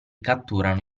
catturano